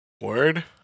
Word